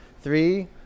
three